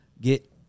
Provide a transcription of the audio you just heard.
get